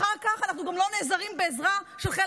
אחר כך אנחנו גם לא נעזרים בעזרה של חיל